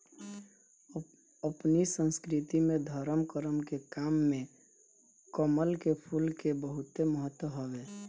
अपनी संस्कृति में धरम करम के काम में कमल के फूल के बहुते महत्व हवे